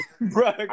bro